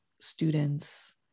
students